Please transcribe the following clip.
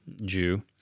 Jew